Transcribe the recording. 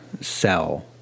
sell